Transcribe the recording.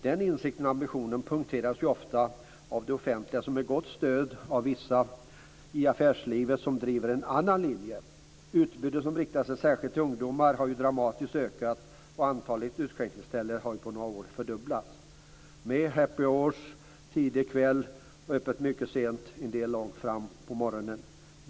Den insikten och den ambitionen punkteras ofta av det offentliga, med gott stöd av vissa i affärslivet som driver en annan linje. Det utbud som särskilt riktar sig till ungdomar har dramatiskt ökat, och antalet utskänkningsställen har fördubblats på några år. Det är happy hours, tidig kväll och öppet mycket sent - en del har ju öppet till långt fram på morgonen.